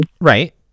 Right